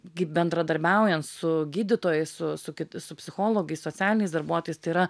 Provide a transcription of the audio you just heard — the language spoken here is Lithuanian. gi bendradarbiaujant su gydytojais su su kit su psichologais socialiniais darbuotojais tai yra